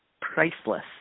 priceless